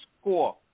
score